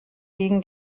gegen